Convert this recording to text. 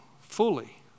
fully